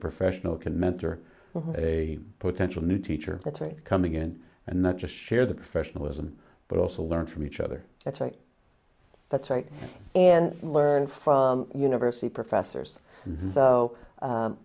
professional can mentor a potential new teacher that are coming in and not just share the professionalism but also learn from each other that's right that's right and learn from university professors zo